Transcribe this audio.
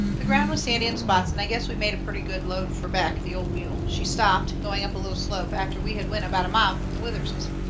the ground was sandy in spots, and i guess we made a purty good load fur beck, the old mule. she stopped, going up a little slope, after we had went about a mile from the witherses'.